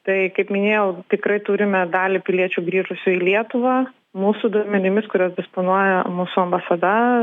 tai kaip minėjau tikrai turime dalį piliečių grįžusių į lietuvą mūsų duomenimis kuriuos disponuoja mūsų ambasada